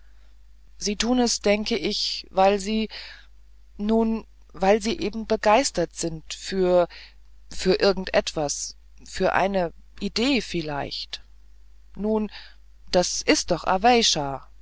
sie tun es denke ich weil sie nun weil sie eben begeistert sind für für irgend etwas für eine idee vielleicht nun das ist doch